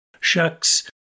Shucks